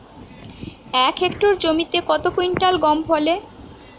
এক হেক্টর জমিতে কত কুইন্টাল গম ফলে?